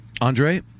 Andre